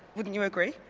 wouldn't you agree?